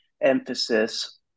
emphasis